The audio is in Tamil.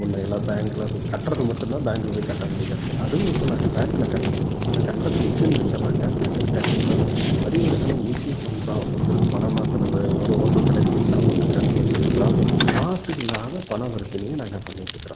முன்னே எல்லாம் பேங்க்கில் கட்டுறது மட்டும் தான் பேங்க்கில் போய் கட்ட வேண்டியதாக இருக்குது அதுவும் இப்போ பேங்க்கில் கட்டுறது இல்லை அந்த கட்டுறதுக்கு மிஷின் வைச்சுர்றாங்க டக்குனு கட்டிடுறோம் பரிவர்த்தனை ஈஸியாக பண்ணுறோம் ஒருத்தருக்கு பணம் மாற்றுறது ஒரு ஹோட்டல் கடையில் போய் சாப்பிட்டு காசு அதாவதுங்க காசு இல்லாது பணம் வர்த்தனையும் நாங்கள் பண்ணிகிட்டு இருக்கிறோம்